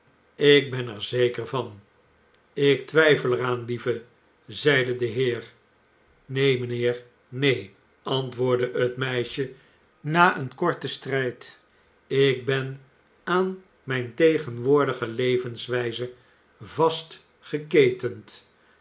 ik ben er zeker van ik twijfel er aan lieve zeide de heer neen mijnheer neen antwoordde het meisje na een korten strijd ik ben aan mijn tegenwoordige levenswijze vastgeketend